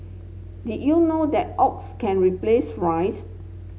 did you know that oats can replace rice